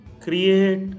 create